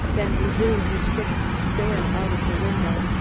then resumed his fixed stare out of the window.